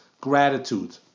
gratitude